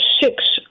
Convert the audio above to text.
six